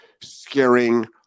scaring